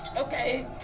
Okay